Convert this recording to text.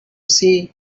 see